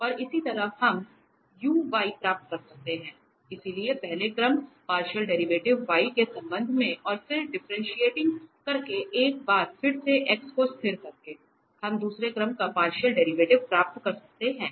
और इसी तरह हम प्राप्त कर सकते हैं इसलिए पहले क्रम पार्शियल डेरिवेटिव y के संबंध में और फिर डिफ्रेंटिएटिंग करके एक बार फिर से x को स्थिर करके हम दूसरे क्रम का पार्शियल डेरिवेटिव प्राप्त कर सकते हैं